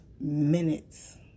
minutes